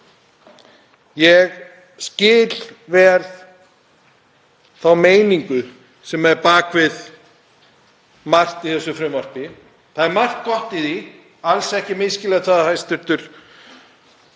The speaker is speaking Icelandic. Ég skil vel þá meiningu sem er á bak við margt í þessu frumvarpi. Það er margt gott í því, alls ekki misskilja það, hæstv.